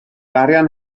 arian